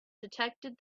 detected